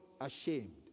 ashamed